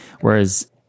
Whereas